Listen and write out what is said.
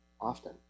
often